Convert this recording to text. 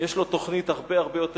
יש לו תוכנית הרבה יותר שטנית.